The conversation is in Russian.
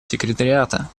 секретариата